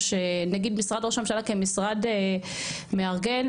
נגיד, משרד ראש הממשלה כמשרד מארגן.